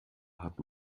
hat